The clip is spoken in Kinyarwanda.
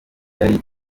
yari